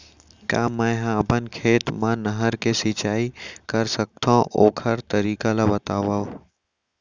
का मै ह अपन खेत मा नहर से सिंचाई कर सकथो, ओखर तरीका ला बतावव?